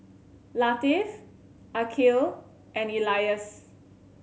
Latif Aqil and Elyas